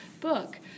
book